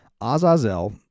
azazel